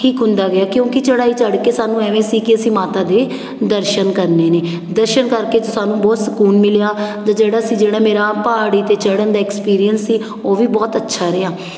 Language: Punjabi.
ਠੀਕ ਹੁੰਦਾ ਗਿਆ ਕਿਉਂਕਿ ਚੜ੍ਹਾਈ ਚੜ੍ਹ ਕੇ ਸਾਨੂੰ ਇਵੇਂ ਸੀ ਕਿ ਅਸੀਂ ਮਾਤਾ ਦੇ ਦਰਸ਼ਨ ਕਰਨੇ ਨੇ ਦਰਸ਼ਨ ਕਰਕੇ ਸਾਨੂੰ ਬਹੁਤ ਸਕੂਨ ਮਿਲਿਆ ਅਤੇ ਜਿਹੜਾ ਸੀ ਜਿਹੜਾ ਮੇਰਾ ਪਹਾੜੀ 'ਤੇ ਚੜ੍ਹਨ ਦਾ ਐਕਸਪੀਰੀਅੰਸ ਸੀ ਉਹ ਵੀ ਬਹੁਤ ਅੱਛਾ ਰਿਹਾ